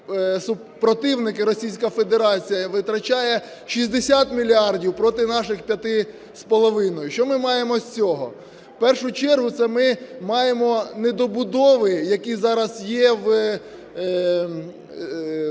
противники – Російська Федерація витрачає 60 мільярдів проти наших 5,5. Що ми маємо з цього? В першу чергу це ми маємо недобудови, які зараз є в